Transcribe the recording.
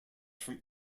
from